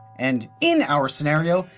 and in our scenario,